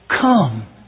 Come